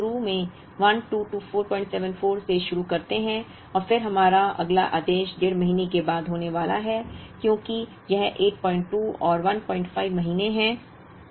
इसलिए हम शुरू में 122474 से शुरू करते हैं और फिर हमारा अगला आदेश डेढ़ महीने के बाद होने वाला है क्योंकि यह 82 और 15 महीने है